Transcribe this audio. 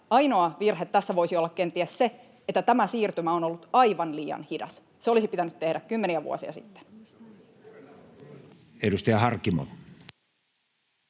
Ainoa virhe tässä voisi olla kenties se, että tämä siirtymä on ollut aivan liian hidas. Se olisi pitänyt tehdä kymmeniä vuosia sitten. Edustaja Harkimo.